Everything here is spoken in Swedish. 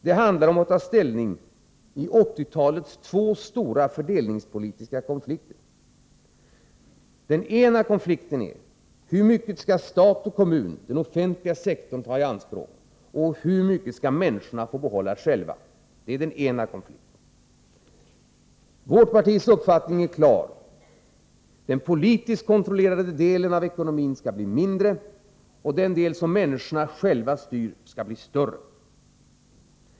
Det handlar om att ta ställning i 1980-talets två stora fördelningspolitiska konflikter. Den ena är avvägningen mellan hur mycket stat och kommun, den offentliga sektorn, skall ta i anspråk och hur mycket människorna skall få behålla själva. Vårt partis uppfattning är klar. Den politiskt kontrollerade delen av ekonomin skall bli mindre, och den del som människorna själva styr skall bli större.